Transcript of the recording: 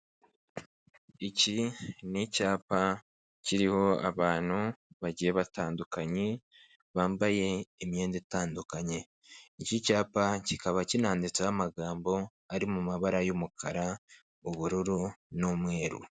Iki ni icyapa kiriho abantu bagiye batandukanye, bambaye imyenda itandukanye. Iki cyapa kikaba kinanditseho amagambo ari mu mabara y'umukara, ubururu, n'umweru.